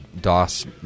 DOS